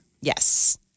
Yes